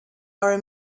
our